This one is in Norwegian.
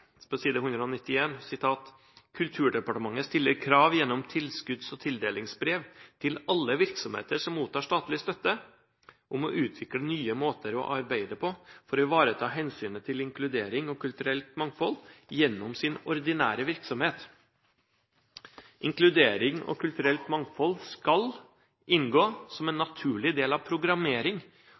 på side 191: «Kulturdepartementet stiller krav til alle virksomheter som mottar statlig støtte, om å utvikle nye måter å arbeide på for å ivareta hensynet til inkludering og kulturelt mangfold gjennom sin ordinære virksomhet. Inkludering og kulturelt mangfold skal inngå som en naturlig del av programmering,